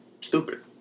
stupid